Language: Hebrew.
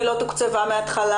היא לא תוקצבה מההתחלה,